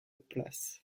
places